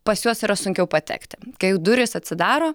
pas juos yra sunkiau patekti kai jau durys atsidaro